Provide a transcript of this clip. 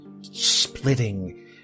splitting